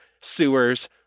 sewers